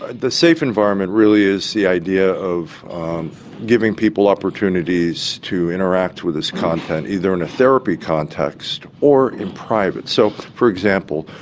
the safe environment really is the idea of giving people opportunities to interact with this content, either in a therapy context or in private. so, for example,